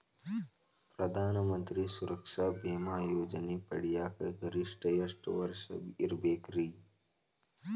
ಪ್ರಧಾನ ಮಂತ್ರಿ ಸುರಕ್ಷಾ ಭೇಮಾ ಯೋಜನೆ ಪಡಿಯಾಕ್ ಗರಿಷ್ಠ ಎಷ್ಟ ವರ್ಷ ಇರ್ಬೇಕ್ರಿ?